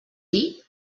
dir